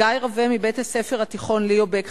גיא רווה מבית-הספר התיכון "ליאו בק",